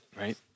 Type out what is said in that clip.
right